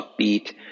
upbeat